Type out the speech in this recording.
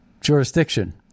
jurisdiction